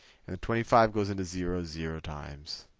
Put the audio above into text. twenty five goes into zero zero times.